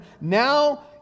now